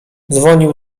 dzwonił